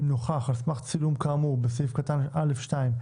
אם נוכח על סמך צילום כאמור בסעיף קטן (א)(2)